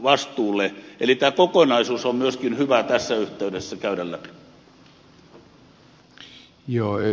eli tämä kokonaisuus on myöskin hyvä tässä yhteydessä käydä läpi